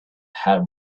had